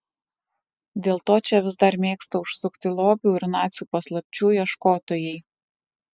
dėl to čia vis dar mėgsta užsukti lobių ir nacių paslapčių ieškotojai